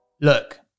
Look